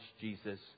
Jesus